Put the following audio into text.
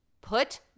put